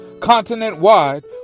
Continent-wide